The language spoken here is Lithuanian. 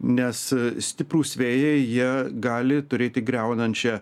nes stiprūs vėjai jie gali turėti griaunančią